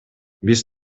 биз